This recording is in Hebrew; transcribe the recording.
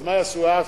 אז מה יעשו אז?